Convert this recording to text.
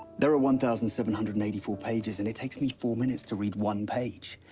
there are one thousand seven hundred and eighty four pages, and it takes me four minutes to read one page.